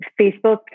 Facebook